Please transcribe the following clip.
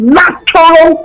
natural